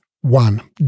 One